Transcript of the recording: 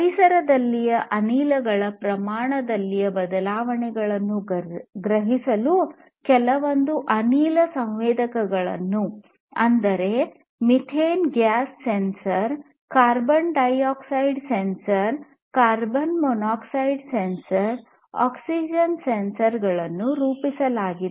ಪರಿಸರದಲ್ಲಿನ ಅನಿಲಗಳ ಪ್ರಮಾಣದಲ್ಲಿನ ಬದಲಾವಣೆಗಳನ್ನು ಗ್ರಹಿಸಲು ಕೆಲವೊಂದು ಅನಿಲ ಸಂವೇದಕಗಳನ್ನು ಅಂದರೆ methane gas sensor carbon dioxide sensor carbon monoxide sensor oxygen sensor ಗಳನ್ನು ರೂಪಿಸಲಾಗಿದೆ